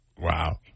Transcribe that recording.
Wow